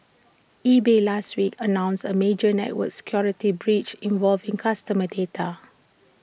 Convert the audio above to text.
eBay last week announced A major network security breach involving customer data